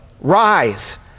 rise